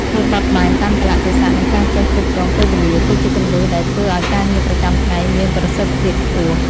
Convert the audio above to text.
ភាពបត់បែនតាមកាលៈទេសៈនិងការចេះគ្រប់គ្រងពេលវេលា គឺជាគន្លឹះដែលធ្វើឱ្យការងារប្រចាំថ្ងៃមានប្រសិទ្ធភាពខ្ពស់។